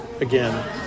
again